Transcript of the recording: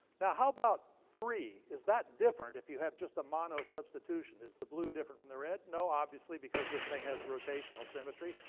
now about three, is that different, if you have just a mono-substitution. is the blue different from the red? no, obviously because this thing has rotational symmetry,